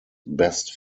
best